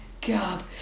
God